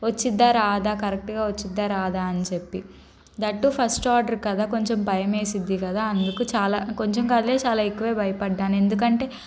వచ్ఛిద్దా రాదా కరెక్ట్గా వచ్ఛిద్దా రాదా అని చెప్పి దట్ టు ఫస్ట్ ఆర్డర్ కదా కొంచెం భయం వేస్తుంది కదా అందుకు చాలా కొంచెం కాదు చాలా అంటే చాలా ఎక్కువ భయపడ్డాను ఎందుకంటే